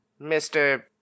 Mr